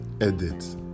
edit